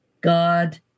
God